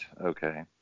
Okay